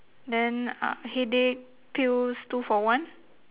then uh headache pills two for one